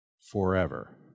forever